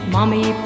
Mommy